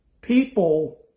people